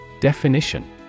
Definition